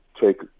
take